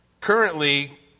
currently